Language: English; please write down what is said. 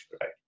Right